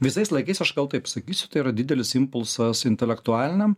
visais laikais aš gal taip sakysiu tai yra didelis impulsas intelektualiniam